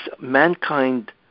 mankind